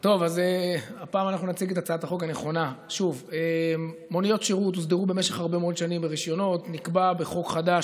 הצעת החוק אושרה בקריאה ראשונה ותועבר לוועדה המסדרת,